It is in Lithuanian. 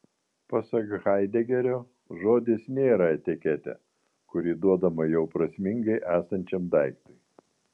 pasak haidegerio žodis nėra etiketė kuri duodama jau prasmingai esančiam daiktui